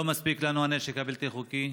לא מספיק לנו הנשק הבלתי-חוקי?